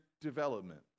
development